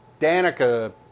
Danica